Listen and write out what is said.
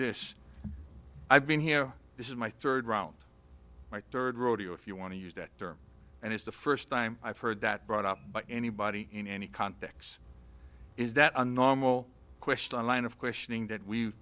this i've been here this is my third round third rodeo if you want to use that term and it's the first time i've heard that brought up by anybody in any context is that a normal question on line of questioning that we